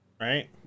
right